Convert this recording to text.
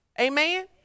Amen